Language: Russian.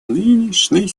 нынешней